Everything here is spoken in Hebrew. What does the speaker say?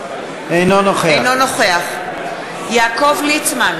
אינו נוכח יעקב ליצמן,